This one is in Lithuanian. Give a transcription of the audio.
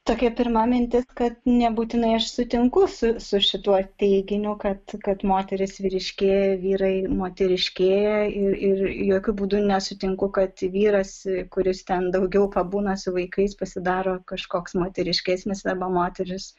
tokia pirma mintis kad nebūtinai aš sutinku su su šituo teiginiu kad kad moterys vyriškėja vyrai moteriškėja ir ir jokiu būdu nesutinku kad vyras kuris ten daugiau pabūna su vaikais pasidaro kažkoks moteriškesnis arba moteris